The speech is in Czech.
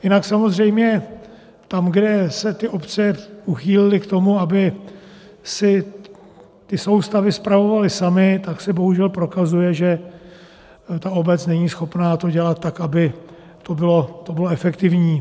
Jinak samozřejmě tam, kde se ty obce uchýlily k tomu, aby si ty soustavy spravovaly samy, tak se bohužel prokazuje, že ta obec není schopna to dělat tak, aby to bylo efektivní.